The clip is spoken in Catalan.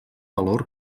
valor